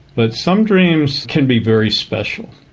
but some dreams can be very special.